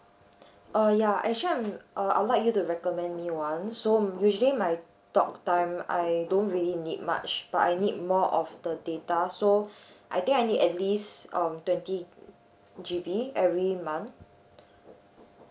err ya actually I'm uh I would like you to recommend me one so usually my talk time I don't really need much but I need more of the data so I think I need at least um twenty G_B every month